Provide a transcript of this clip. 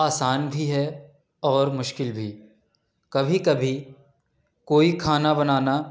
آسان بھی ہے اور مشکل بھی کبھی کبھی کوئی کھانا بنانا